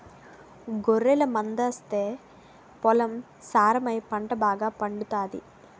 గొర్రెల మందాస్తే పొలం సారమై పంట బాగాపండుతాది